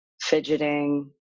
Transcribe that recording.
fidgeting